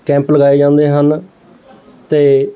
camp ਲਗਾਏ ਜਾਂਦੇ ਹਨ ਅਤੇ